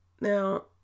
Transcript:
Now